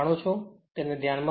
પરંતુ તે ધ્યાનમાં રાખવું